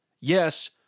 Yes